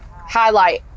Highlight